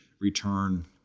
return